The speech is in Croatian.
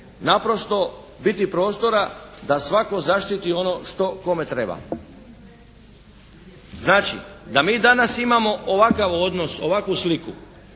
naprosto biti prostora da svako zaštiti ono kome treba. Znači, da mi danas imamo ovakav odnos, ovakvu sliku